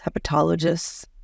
hepatologists